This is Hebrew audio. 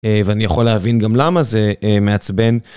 ואני יכול להבין גם למה זה מעצבן.